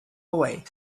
away